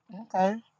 Okay